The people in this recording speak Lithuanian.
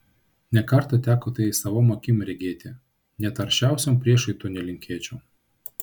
ne kartą teko tai savom akim regėti net aršiausiam priešui to nelinkėčiau